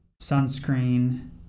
sunscreen